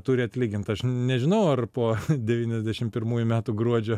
turi atlyginti aš nežinau ar po devyniasdešimt pirmųjų metų gruodžio